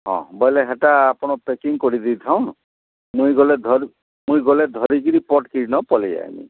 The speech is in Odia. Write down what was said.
ହଁ ବଇଲେ ହେଟା ଆପଣ ପ୍ୟାକିଂ କରିଦେଇଥାଉନ୍ ମୁଇଁ ଗଲେ ଧରି ମୁଇଁ ଗଲେ ଧରିକରି ପଟ୍ କିରିନ ପଳାଇ ଆଇମି